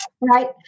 right